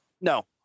No